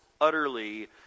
utterly